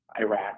iraq